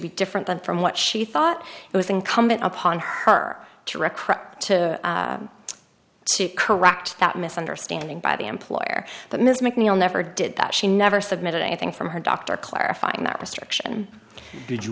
be different from what she thought it was incumbent upon her to record to correct that misunderstanding by the employer but ms mcneil never did that she never submitted anything from her doctor clarifying that restriction